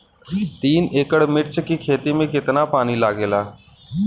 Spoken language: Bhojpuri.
तीन एकड़ मिर्च की खेती में कितना पानी लागेला?